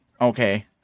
okay